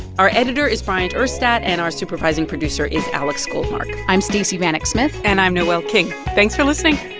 our editor is bryant urstadt, and our supervising producer is alex goldmark i'm stacey vanek smith and i'm noel king. thanks for listening